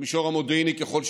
במישור המודיעיני ככל שניתן,